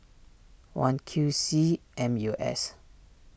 one Q C M U S